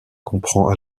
comprend